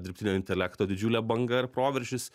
dirbtinio intelekto didžiulė banga ir proveržis